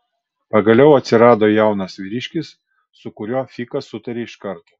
pagaliau atsirado jaunas vyriškis su kuriuo fikas sutarė iš karto